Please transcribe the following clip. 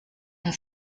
and